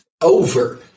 over